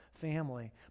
family